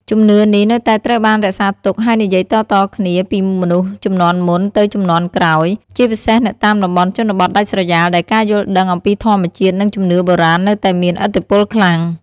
ជំនឿនេះនៅតែត្រូវបានរក្សាទុក ហើយនិយាយតៗគ្នាពីមនុស្សជំនាន់មុនទៅជំនាន់ក្រោយ ជាពិសេសនៅតាមតំបន់ជនបទដាច់ស្រយាលដែលការយល់ដឹងអំពីធម្មជាតិ និងជំនឿបុរាណនៅតែមានឥទ្ធិពលខ្លាំង។